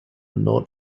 not